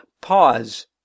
pause